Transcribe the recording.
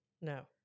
No